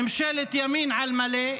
ממשלת ימין על מלא,